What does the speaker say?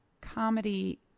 comedy